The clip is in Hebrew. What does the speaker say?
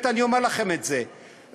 אני אומר לכם את זה באמת.